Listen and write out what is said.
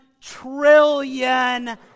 trillion